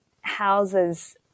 houses